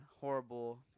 horrible